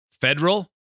federal